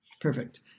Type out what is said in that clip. Perfect